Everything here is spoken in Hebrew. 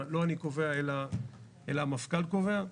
שאת המניע לא אני קובע אלא המפכ"ל קובע.